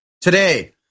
Today